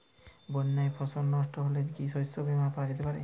বন্যায় ফসল নস্ট হলে কি শস্য বীমা পাওয়া যেতে পারে?